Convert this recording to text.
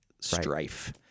strife